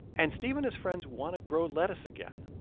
and steve and his friends want to grow lettuce again,